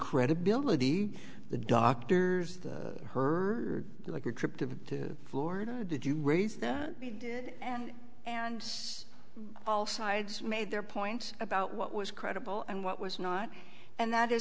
credibility the doctors that her like your trip to florida did you raise that she did and and all sides made their points about what was credible and what was not and that is